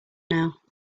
now